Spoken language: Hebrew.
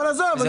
אבל עזוב,